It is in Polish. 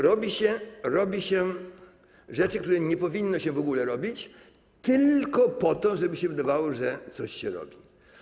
Robi się rzeczy, których nie powinno się w ogóle robić, tylko po to, żeby się wydawało, że coś się robi.